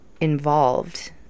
involved